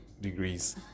degrees